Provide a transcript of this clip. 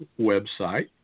website